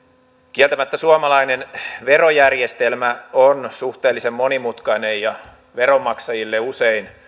kieltämättä suomalainen verojärjestelmä on suhteellisen monimutkainen ja veronmaksajille usein